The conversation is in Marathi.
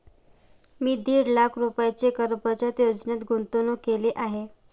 मी दीड लाख रुपयांची कर बचत योजनेत गुंतवणूक केली आहे